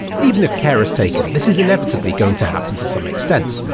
even if care is taken, this is inevitably going to happen to some extent.